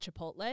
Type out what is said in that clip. Chipotle